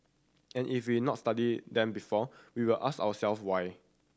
and if we've not studied them before we'll ask our self why